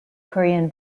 korean